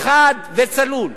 חד וצלול,